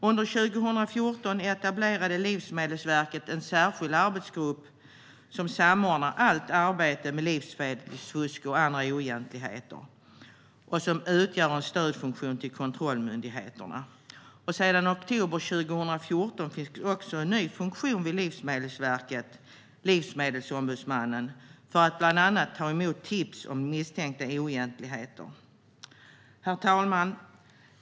Under 2014 etablerade Livsmedelsverket en särskild arbetsgrupp som samordnar allt arbete mot livsmedelsfusk och andra oegentligheter och som utgör en stödfunktion till kontrollmyndigheterna. Sedan oktober 2014 finns en ny funktion vid Livsmedelsverket, Livsmedelsombudsmannen, för att bland annat ta emot tips om misstänkta oegentligheter. Herr talman!